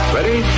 Ready